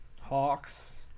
Hawks